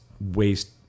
waste